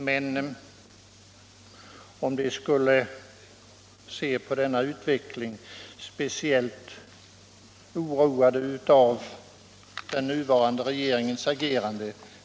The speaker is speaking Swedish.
Men jag tvivlar på att man ser på utvecklingen med en oro som är speciellt betingad av den nuvarande regeringens agerande.